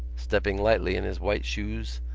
stepping lightly in his white shoes,